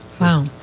Wow